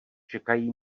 čekají